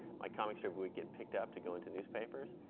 my comic strip would get picked up to go into newspapers,